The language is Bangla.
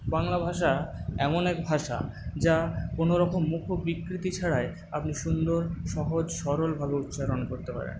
বাংলা ভাষা এমন এক ভাষা যা কোনোরকম মুখবিকৃতি ছাড়াই আপনি সুন্দর সহজ সরলভাবে উচ্চারণ করতে পারেন